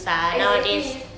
exactly